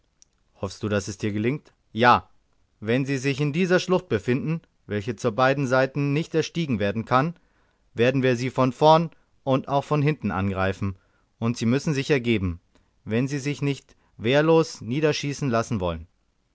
hoffst du daß es dir gelingt ja wenn sie sich in dieser schlucht befinden welche zu beiden seiten nicht erstiegen werden kann werden wir sie von vorn und auch von hinten angreifen und sie müssen sich ergeben wenn sie sich nicht wehrlos niederschießen lassen wollen